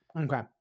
Okay